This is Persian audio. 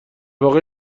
واقع